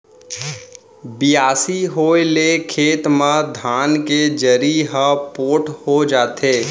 बियासी होए ले खेत म धान के जरी ह पोठ हो जाथे